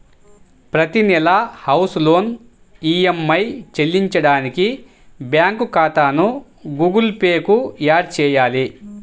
ప్రతి నెలా house loan EMI చెల్లించడానికి బ్యాంకు ఖాతాను గుగుల్ పే కు యాడ్ చేయాలి